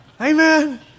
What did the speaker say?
Amen